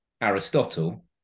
Aristotle